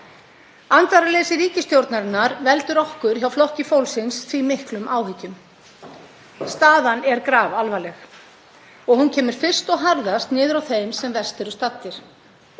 Andvaraleysi ríkisstjórnarinnar veldur okkur hjá Flokki fólksins því miklum áhyggjum. Staðan er grafalvarleg og hún kemur fyrst og harðast niður á þeim sem verst eru staddir.